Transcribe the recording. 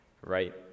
Right